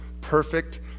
perfect